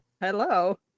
Hello